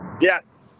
Yes